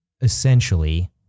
essentially